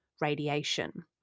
radiation